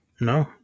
No